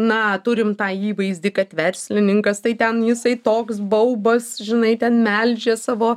na turim tą įvaizdį kad verslininkas tai ten jisai toks baubas žinai ten melžia savo